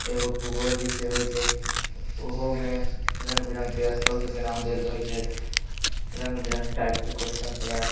एगो भूगोल विषय होइत छै ओहोमे रङ्ग बिरङ्गके स्थल सभके नाम देल रहै छै रङ्ग बिरङ्ग टाइपके क्वेश्चनसभ आयत